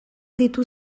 ditu